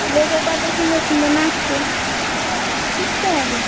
লোকে কত সুন্দর সুন্দর নাচছে শিখতে হবে